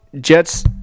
Jets